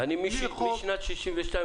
אני גר בנגב משנת 1962,